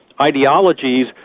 ideologies